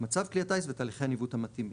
מצב כלי הטיס ותהליכי הניווט המתאימים,